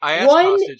one